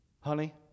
honey